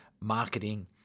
marketing